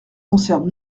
concerne